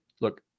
Look